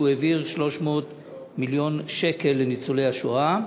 העביר 300 מיליון שקל לניצולי השואה,